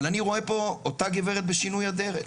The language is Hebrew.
אבל אני רואה פה את אותה הגברת בשינוי אדרת.